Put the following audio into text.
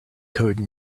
code